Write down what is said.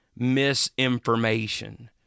misinformation